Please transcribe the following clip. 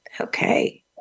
Okay